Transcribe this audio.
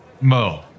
Mo